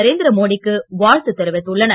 நரேந்திரமோடிக்கு வாழ்த்து தெரிவித்துள்ளனர்